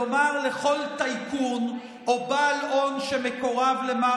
לומר לכל טייקון או בעל הון שמקורב למר